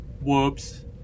Whoops